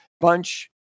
bunch